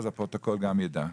אז הפרוטוקול גם יידע.